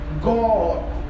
god